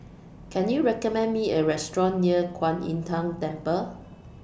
Can YOU recommend Me A Restaurant near Kwan Im Tng Temple